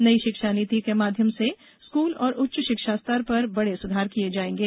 नई शिक्षा नीति के माध्यम से स्कूल और उच्च शिक्षा स्तर पर बड़े सुधार किये जाऐंगे